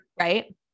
right